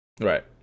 Right